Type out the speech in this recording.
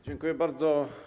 Dziękuję bardzo.